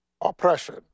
oppression